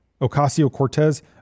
Ocasio-Cortez